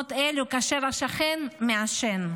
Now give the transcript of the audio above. בשכונות אלו כאשר השכן מעשן?